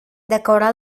decaurà